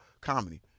comedy